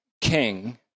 king